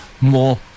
more